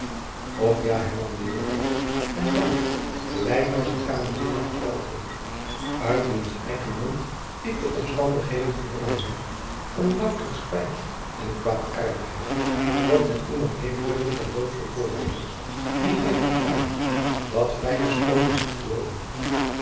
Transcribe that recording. och ja hernam de jonker en wel gelijk my zijn kamerdienaar verteld heeft uit wiens eigen mond ik de omstandigheden vernomen heb van louteren spijt en kwaadaardigheid dat men iemand heeft durjacob van lennep elizabeth musch ven ter dood veroordeelen dien hy verklaarde dat vrijgesproken moest worden